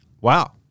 Wow